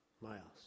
miles